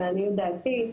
לעניות דעתי,